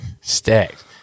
Stacked